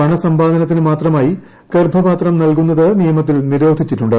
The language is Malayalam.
പണസമ്പാദനത്തിന് മാത്രമായി ഗർഭപാത്രം നൽകുന്നത് നിയമത്തിൽ നിരോധിച്ചിട്ടുണ്ട്